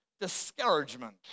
discouragement